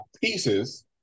pieces